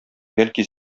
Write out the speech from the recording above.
бәлки